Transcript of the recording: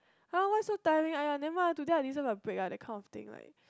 !huh! why so tiring !aiya! today I deserve my break lah that kind of thing like